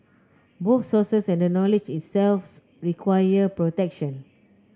both sources and the knowledge require protection